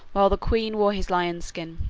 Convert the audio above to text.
while the queen wore his lion's skin.